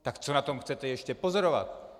Tak co na tom chcete ještě pozorovat?